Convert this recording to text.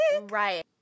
Right